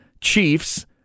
Chiefs